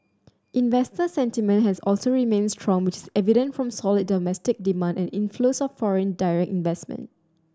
investor sentiment has also remained strong which evident from solid domestic demand and inflows of foreign direct investment